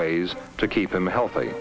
ways to keep them healthy